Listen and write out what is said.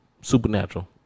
Supernatural